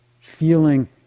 feeling